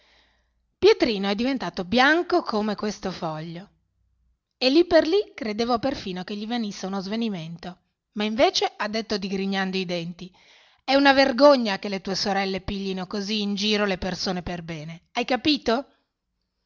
pietrino è diventato bianco come questo foglio e lì per lì credevo perfino che gli venisse uno svenimento ma invece ha detto digrignando i denti è una vergogna che le tue sorelle piglino così in giro le persone per bene hai capito